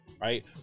Right